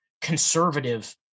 conservative